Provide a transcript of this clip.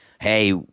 Hey